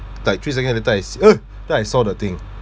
like three seconds later I then I saw the thing